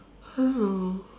hello